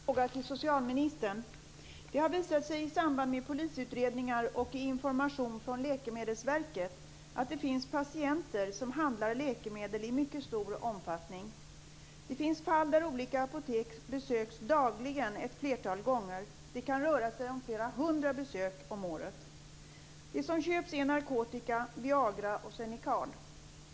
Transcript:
Fru talman! Jag har en fråga till socialministern. Det har visat sig i samband med polisutredningar och i information från Läkemedelsverket att det finns patienter som handlar läkemedel i mycket stor omfattning. Det finns fall där olika apotek besöks ett flertal gånger dagligen. Det kan röra sig om flera hundra besök om året. Det som köps är narkotika, Viagra och Xenical.